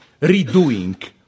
redoing